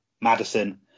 Madison